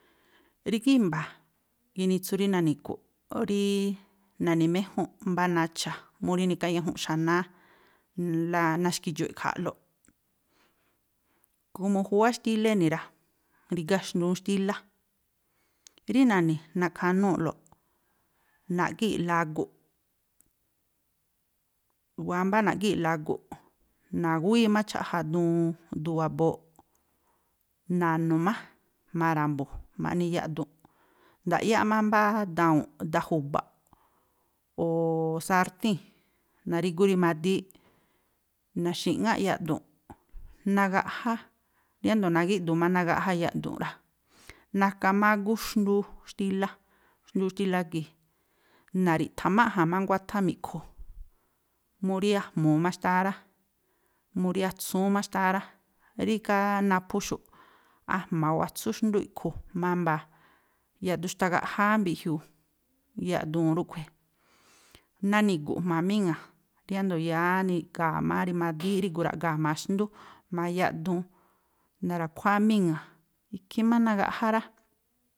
Rígá i̱mba̱ ginitsu rí nani̱gu̱ꞌ, rí na̱ni̱méjúnꞌ mbá nacha̱ mú rí neka áña̱junꞌ xanáá, l, naxki̱dxu̱ꞌ eꞌkha̱a̱ꞌloꞌ, komo júwá xtílá e̱ni̱ rá, rígá xndúún xtílá, rí na̱ni̱, naꞌkhanúu̱ꞌloꞌ na̱ꞌgíi̱ꞌla agu̱ꞌ, wámbá na̱ꞌgíi̱ꞌla agu̱ꞌ, na̱gúwii má cháꞌja duun, duun wabooꞌ, na̱nu̱ má jma̱a ra̱mbu̱, ma̱ꞌni yaꞌduu̱nꞌ, ndaꞌyáꞌ má mbá dau̱nꞌ, daan ju̱ba̱ꞌ, o̱o̱o̱ sartíi̱n, na̱rígu rimadííꞌ, na̱xi̱ꞌŋáꞌ yaꞌduu̱nꞌ, nagaꞌjá, riándo̱ nagi̱ꞌdu̱u̱ má agaꞌjá yaꞌduu̱nꞌ rá, naka má ágú xndúú xtílá, xndúú xtílá gii̱, na̱ri̱ꞌtha̱máꞌja̱n má nguáthá mi̱ꞌkhu. Mú rí a̱jmu̱u má xtáá rá, mú rí atsúún má xtáá rá, rígá naphúxu̱ꞌ a̱jma̱ o̱ atsú xndú iꞌkhu̱ mámbaa. Yaꞌduun xtagaꞌjáá mbiꞌjiuu yaꞌduun rúꞌkhui̱. nani̱gu̱ꞌ jma̱a míŋa̱ꞌ, riándo̱ yááá niꞌga̱ má, rimadíí rígu raꞌga̱a̱ jma̱a xndú, jma̱a yaꞌduun, na̱rakhuáá míŋa̱, ikhí má nagaꞌjá rá.